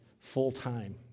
full-time